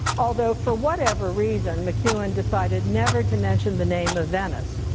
although for whatever reason mcewan decided never to mention the name of venice.